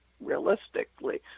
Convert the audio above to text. realistically